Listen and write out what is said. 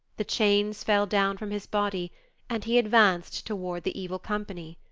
the chains fell down from his body and he advanced toward the evil company.